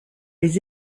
les